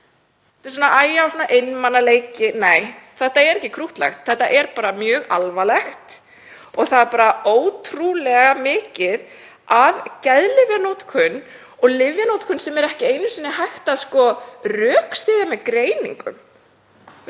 krúttlega, en nei, þetta er ekki krúttlegt, þetta er mjög alvarlegt. Það er bara ótrúlega mikið af geðlyfjanotkun og lyfjanotkun sem er ekki einu sinni hægt að rökstyðja með greiningum.